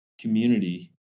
community